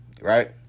right